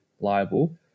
liable